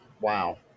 Wow